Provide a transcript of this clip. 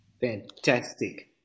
Fantastic